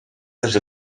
les